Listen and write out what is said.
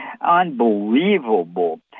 Unbelievable